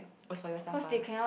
was for yourself ah